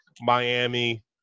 Miami